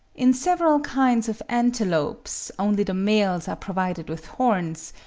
in several kinds of antelopes, only the males are provided with horns,